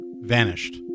Vanished